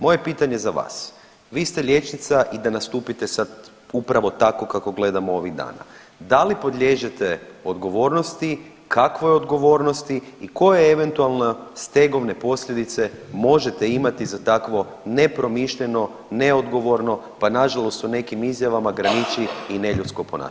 Moje pitanje za vas, vi ste liječnica i da nastupite upravo tako kako gledamo ovih dana, da li podliježete odgovornosti, kakvoj odgovornosti i koje eventualne stegovne posljedice možete imati za takvo nepromišljeno, neodgovorno, pa nažalost u nekim izjava graniči i neljudsko ponašanje.